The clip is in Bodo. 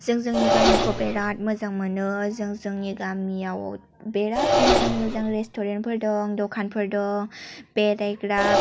जों जोंनि गामिखौ बिराद मोजां मोनो जों जोंनि गामियाव बिराद मोजां मोजां रेस्थुरेन्थफोर दं दखानफोर दं बेरायग्रा